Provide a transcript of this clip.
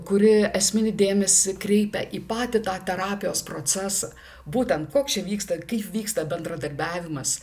kuri esminį dėmesį kreipia į patį tą terapijos procesą būtent koks čia vyksta kaip vyksta bendradarbiavimas